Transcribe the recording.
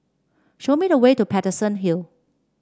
show me the way to Paterson Hill